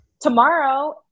Tomorrow